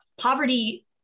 Poverty